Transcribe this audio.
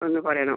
ഒന്ന് പറയണം